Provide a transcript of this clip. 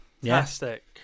Fantastic